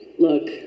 Look